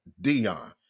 Dion